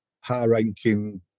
high-ranking